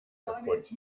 kaputt